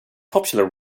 popular